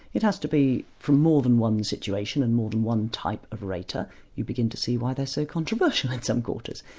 it has to be from more than one situation and more than one type of rater you begin to see why they're so controversial in some quarters.